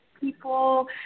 people